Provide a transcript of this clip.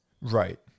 Right